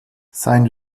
sein